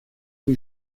que